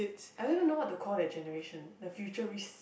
I even don't know what to call their generation the future risk